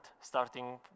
starting